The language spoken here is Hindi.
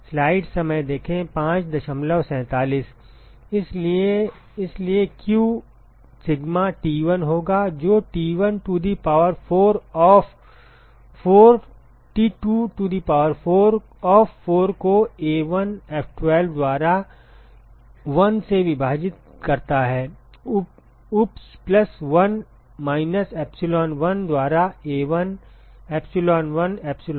इसलिए इसलिए q सिग्मा T1 होगा जो T1 to the power of 4 T2 to the power of 4 को A1F12 द्वारा 1 से विभाजित करता है ऊप्स प्लस 1 माइनस epsilon1 द्वारा A1 epsilon1 epsilon2 द्वारा A2 epsilon2